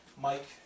Mike